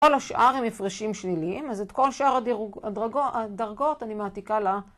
‫כל השאר הם הפרשים שלילים, ‫אז את כל שאר הדרגות אני מעתיקה ל...